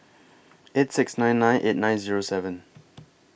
eight six nine nine eight nine Zero seven